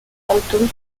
symptômes